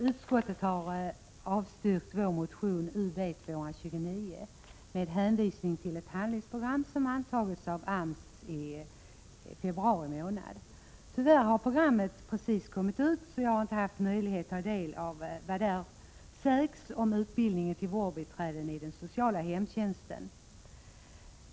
Herr talman! Utskottet avstyrker vår motion Ub229 med hänvisning till ett handlingsprogram som har antagits av AMS i februari månad. Jag har tyvärr inte haft möjlighet att ta del av vad som sägs i programmet om utbildningen av vårdbiträden i den sociala hemtjänsten, eftersom programmet precis har kommit ut.